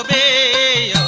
a